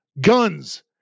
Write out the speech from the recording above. guns